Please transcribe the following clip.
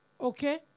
Okay